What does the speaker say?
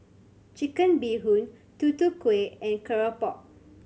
Chicken Bee Hoon Tutu Kueh and keropok